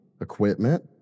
equipment